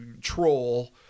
troll